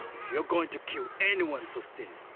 you're going to kill anyone faustino,